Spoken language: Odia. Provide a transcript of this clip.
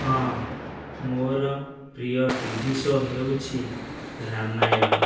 ହଁ ମୋର ପ୍ରିୟ ଟିଭି ଶୋ ହେଉଛି ରାମାୟଣ